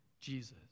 Jesus